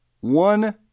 One